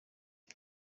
iyo